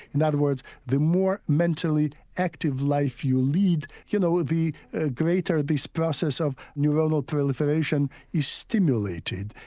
in other words the more mentally active life you lead, you know, the ah greater this process of neuronal proliferation is stimulated.